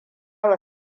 wa